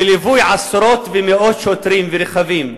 בליווי עשרות ומאות שוטרים ורכבים,